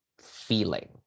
feeling